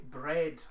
bread